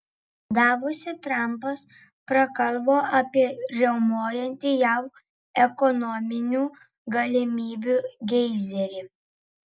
davose trampas prakalbo apie riaumojantį jav ekonominių galimybių geizerį